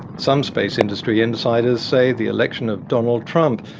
some space industry insiders say the election of donald trump,